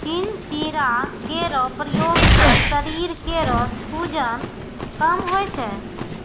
चिंचिड़ा केरो प्रयोग सें शरीर केरो सूजन कम होय छै